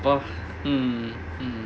for mm mm